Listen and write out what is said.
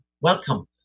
welcome